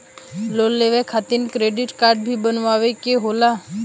Loan लेवे खातिर credit काडे भी बनवावे के होला?